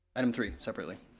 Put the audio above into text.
item three, separately.